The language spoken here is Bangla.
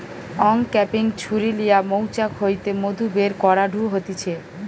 অংক্যাপিং ছুরি লিয়া মৌচাক হইতে মধু বের করাঢু হতিছে